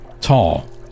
Tall